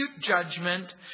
judgment